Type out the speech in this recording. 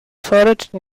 forderte